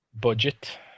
budget